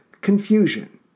confusion